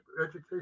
education